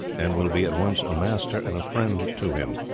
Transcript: and will be at once a master and a friend to him.